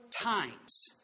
times